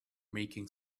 making